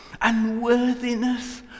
Unworthiness